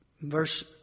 Verse